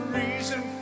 reason